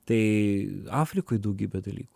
tai afrikoj daugybė dalykų